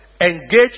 engage